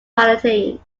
palatine